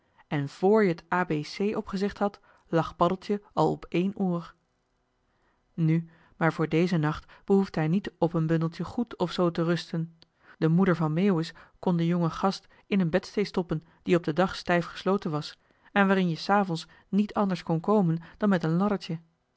en vr je t a b c opgezegd had lag paddeltje al op één oor joh h been paddeltje de scheepsjongen van michiel de ruijter nu maar voor dezen nacht behoefde hij niet op een bundeltje goed of zoo te rusten de moeder van meeuwis kon den jongen gast in een bedstee stoppen die op den dag stijf gesloten was en waarin je s avonds niet anders kon komen dan met een